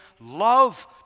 love